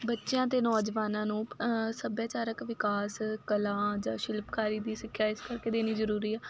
ਬੱਚਿਆਂ ਅਤੇ ਨੌਜਵਾਨਾਂ ਨੂੰ ਸੱਭਿਆਚਾਰਕ ਵਿਕਾਸ ਕਲਾ ਜਾਂ ਸ਼ਿਲਪਕਾਰੀ ਦੀ ਸਿੱਖਿਆ ਇਸ ਕਰਕੇ ਦੇਣੀ ਜ਼ਰੂਰੀ ਆ